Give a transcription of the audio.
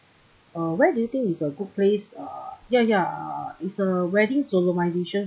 uh where do you think is a good place uh ya ya uh it's a wedding solemnization